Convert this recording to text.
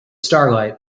starlight